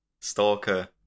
Stalker